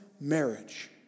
marriage